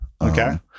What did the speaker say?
okay